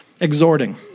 exhorting